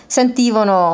sentivano